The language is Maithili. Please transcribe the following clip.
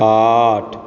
आठ